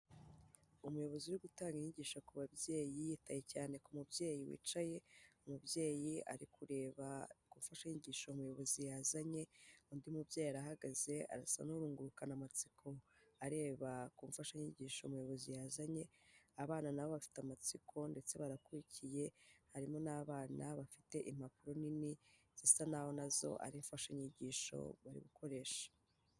Umuyobozi uri gutanga inyigisho ku babyeyi, yitaye cyane ku mubyeyi wicaye, umubyeyi ari kureba ku mfashanyigisho umuyobozi yazanye, undi mubyeyi arahagaze arasa n'urungurukana amatsiko, areba ku mfashanyigisho umuyobozi yazanye, abana na bo bafite amatsiko ndetse barakurikiye, harimo n'abana bafite impapuro nini, zisa n'aho na zo ari imfashanyigisho bari gukoresha.